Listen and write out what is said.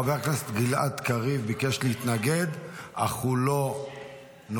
חבר הכנסת גלעד קריב בקש להתנגד, אך הוא לא נוכח.